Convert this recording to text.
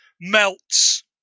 melts